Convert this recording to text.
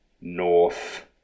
North